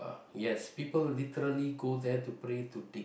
yes people literally go there to pray to dicks